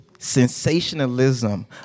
Sensationalism